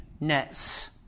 nets